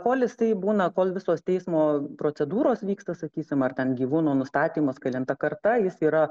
kol jisai būna kol visos teismo procedūros vyksta sakysim ar ten gyvūno nustatymas kelinta karta jis yra